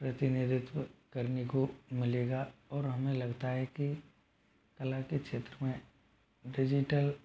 प्रतिनिधित्व करने को मिलेगा और हमें लगता है कि कला के क्षेत्र में डिजिटल